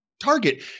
target